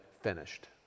finished